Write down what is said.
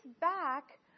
back